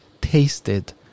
tasted